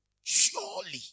surely